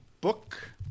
book